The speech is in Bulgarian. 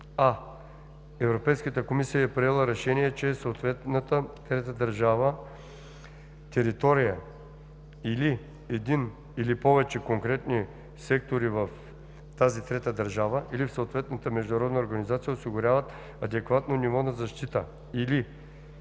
а) Европейската комисия е приела решение, че съответната трета държава, територия, или един или повече конкретни сектори в тази трета държава, или съответната международна организация осигуряват адекватно ниво на защита